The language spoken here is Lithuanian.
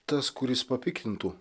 tas kuris papiktintų